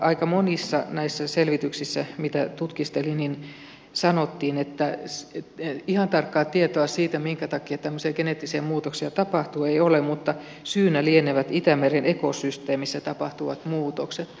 aika monissa näissä selvityksissä mitä tutkiskelin sanottiin että ihan tarkkaa tietoa siitä minkä takia tämmöisiä geneettisiä muutoksia tapahtuu ei ole mutta syynä lienevät itämeren ekosysteemissä tapahtuvat muutokset